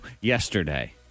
yesterday